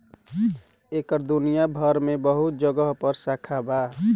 एकर दुनिया भर मे बहुत जगह पर शाखा बा